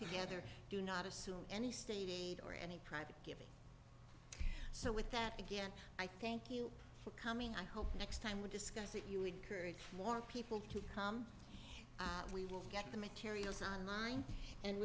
together do not assume any state aid or any private giving so with that again i thank you for coming i hope the next time we discuss it you encourage more people to come we will get the materials on line and